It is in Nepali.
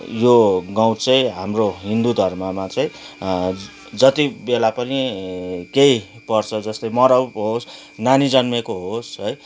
यो गौत चाहिँ हाम्रो हिन्दू धर्ममा चाहिँ जति बेला पनि केही पर्छ जस्तै मराउ होस् नानी जन्मिएको होस् है